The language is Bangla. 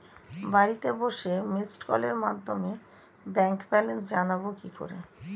বাড়িতে বসে মিসড্ কলের মাধ্যমে ব্যাংক ব্যালেন্স জানবো কি করে?